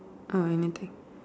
oh anything